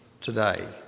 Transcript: today